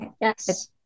Yes